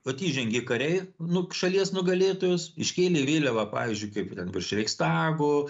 vat įžengė kariai nu šalies nugalėtojos iškėlė vėliavą pavyzdžiui kaip ten virš reichstago